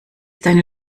deine